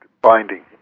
binding